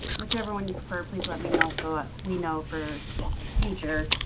whichever one you prefer, please let me know so ah we know for future.